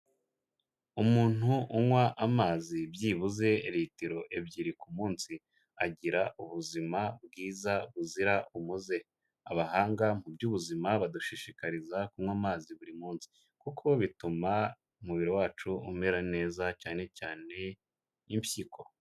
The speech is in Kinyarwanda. Umuntu unywa amazi byibuze ritiro ebyiri ku munsi agira ubuzima bwiza buzira umuze, abahanga mu by'ubuzima badushishikariza kunywa amazi buri munsi kuko bituma umubiri wacu umera neza cyane cyane impyiko.